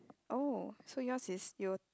oh so yours is your